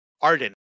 Arden